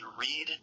read